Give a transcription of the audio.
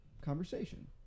conversation